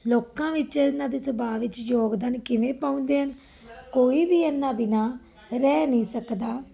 ਲੋਕਾਂ ਵਿੱਚ ਇਹਨਾਂ ਦੇ ਸੁਭਾਅ ਵਿੱਚ ਯੋਗਦਾਨ ਕਿਵੇਂ ਪਾਉਂਦੇ ਹਨ ਕੋਈ ਵੀ ਇਹਨਾ ਬਿਨਾਂ ਰਹਿ ਨਹੀਂ ਸਕਦਾ